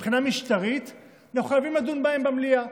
מבחינה משטרית אנחנו חייבים לדון בהן במליאה,